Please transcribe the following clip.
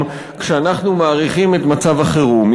את תוקפם כשאנחנו מאריכים את מצב החירום.